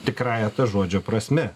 tikrąja to žodžio prasme